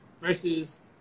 versus